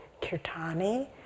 Kirtani